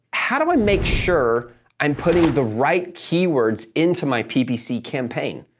how do i make sure i'm putting the right keywords into my ppc campaign?